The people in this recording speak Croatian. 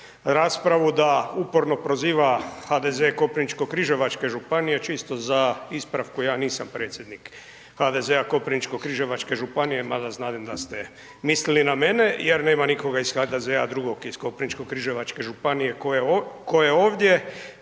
raspravu da uporno proziva HDZ Koprivničko-križevačke županije, čisto za ispravku, ja nisam predsjednik HDZ-a Koprivničko-križevačke županije mada znadem da ste mislili na mene jer nema nikoga iz HDZ-a drugog iz Koprivničko-križevačke županije tko je ovdje.